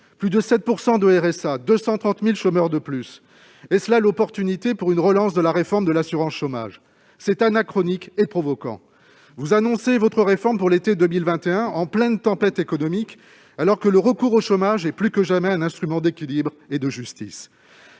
(RSA) de plus, 230 000 chômeurs de plus : est-ce là une opportunité pour une relance de la réforme de l'assurance chômage ? C'est anachronique et provocant ! Vous annoncez votre réforme pour l'été 2021, en pleine tempête économique, alors que le recours au chômage est plus que jamais un instrument d'équilibre et de justice.